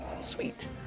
Sweet